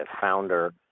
founder